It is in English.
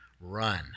run